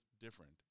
different